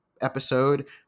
episode